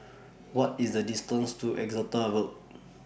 What IS The distance to Exeter Road